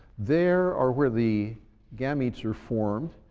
there are where the gametes are formed.